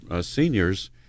seniors